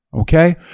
okay